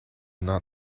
not